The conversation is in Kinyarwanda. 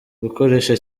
gukoresha